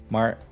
Maar